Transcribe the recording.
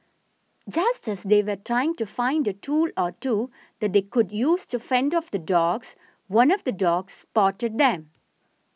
just as they were trying to find a tool or two that they could use to fend off the dogs one of the dogs spotted them